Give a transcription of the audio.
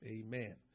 Amen